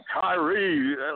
Kyrie